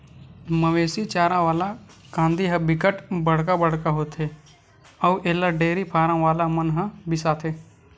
मवेशी चारा वाला कांदी ह बिकट बड़का बड़का होथे अउ एला डेयरी फारम वाला मन ह बिसाथे